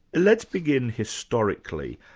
let's begin historically,